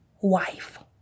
wife